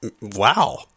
Wow